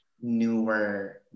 newer